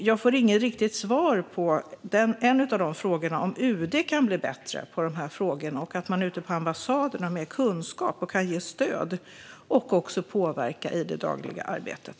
Jag får inget riktigt svar på om UD kan bli bättre på dessa frågor så att man har mer kunskap ute på ambassaderna och kan ge stöd och påverka i det dagliga arbetet.